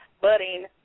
budding